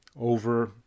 over